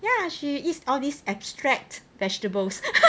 ya she eats all these abstract vegetables